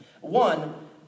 One